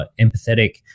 empathetic